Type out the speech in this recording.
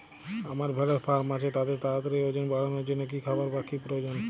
আমার ভেড়ার ফার্ম আছে তাদের তাড়াতাড়ি ওজন বাড়ানোর জন্য কী খাবার বা কী প্রয়োজন?